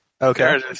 Okay